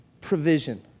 provision